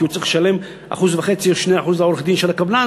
כי הוא צריך לשלם 1.5% או 2% לעורך-הדין של הקבלן,